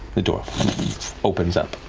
the door opens up.